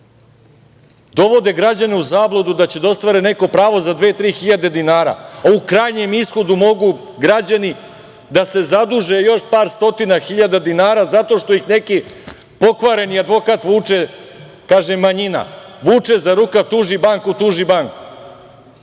Dovode građane u zabludu da će da ostvare neko pravo za dve, tri hiljade dinara, a u krajnjem ishodu mogu građani da se zaduže još par stotina hiljada dinara zato što ih neki pokvareni advokat vuče, kaže manjina, vuče za rukav – tuži banku, tuži banku.